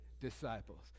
disciples